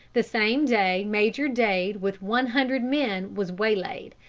the same day major dade with one hundred men was waylaid,